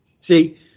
See